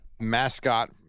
Mascot